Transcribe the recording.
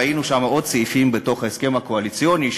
ראינו עוד סעיפים בתוך ההסכם הקואליציוני,